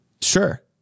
Sure